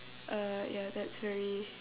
uh ya that's very